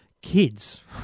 kids